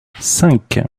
cinq